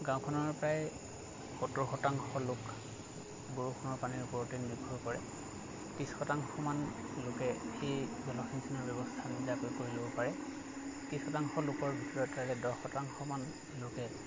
গাঁওখনৰ প্ৰায় সত্তৰ শতাংশ লোক বৰষুণৰ পানীৰ ওপৰতে নিৰ্ভৰ কৰে ত্ৰিশ শতাংশমান লোকে এই জলসিঞ্চনৰ ব্যৱস্থা নিজাকৈ ব্যৱস্থা কৰি ল'ব পাৰে ত্ৰিশ শতাংশ লোকৰ ভিতৰত তাৰে দহ শতাংশমান লোকে